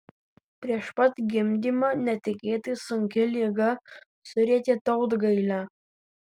prieš pat gimdymą netikėtai sunki liga surietė tautgailę